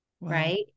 Right